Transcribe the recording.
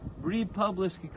republished